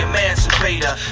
Emancipator